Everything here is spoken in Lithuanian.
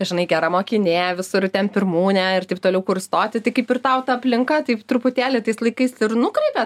žinai gera mokinė visur ten pirmūnė ir taip toliau kur stoti tai kaip ir tau ta aplinka taip truputėlį tais laikais ir nukreipia